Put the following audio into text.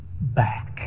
back